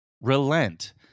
relent